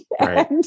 right